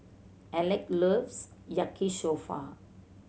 Alek loves Yaki Soba